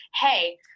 hey